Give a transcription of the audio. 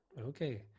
okay